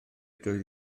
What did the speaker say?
doedd